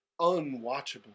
unwatchable